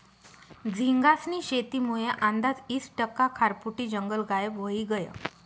झींगास्नी शेतीमुये आंदाज ईस टक्का खारफुटी जंगल गायब व्हयी गयं